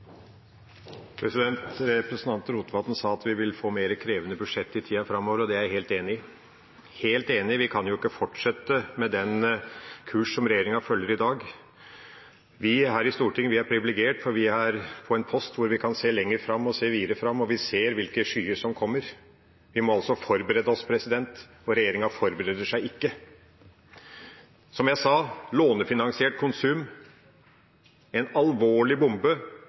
Representanten Rotevatn sa at vi vil få mer krevende budsjetter i tida framover, og det er jeg helt enig i – helt enig, for vi kan jo ikke fortsette med den kursen som regjeringa følger i dag. Vi her i Stortinget er privilegert, for vi er på en post hvor vi kan se lenger fram, videre fram, og vi ser hvilke skyer som kommer. Vi må altså forberede oss, og regjeringa forbereder seg ikke. Som jeg sa, er lånefinansiert konsum en alvorlig bombe